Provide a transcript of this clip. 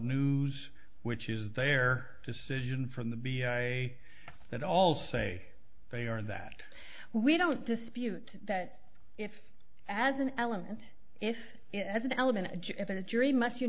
news which is their decision from the b i that all say they are that we don't dispute that if as an element if as an element of a jury must